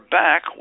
back